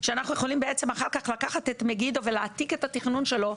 שאנחנו יכולים בעצם אחר כך לקחת את מגידו ולהעתיק את התכנון שלו,